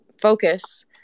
focus